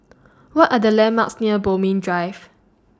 What Are The landmarks near Bodmin Drive